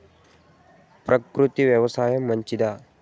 ప్రకృతి వ్యవసాయం మంచిదా?